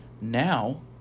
Now